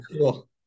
cool